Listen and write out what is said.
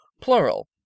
Plural